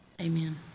Amen